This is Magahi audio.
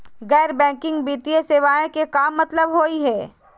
गैर बैंकिंग वित्तीय सेवाएं के का मतलब होई हे?